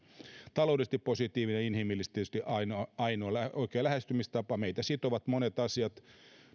taloudellisesti positiivinen ja inhimillisesti tietysti ainoa oikea lähestymistapa meitä sitovat monet asiat